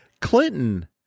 Clinton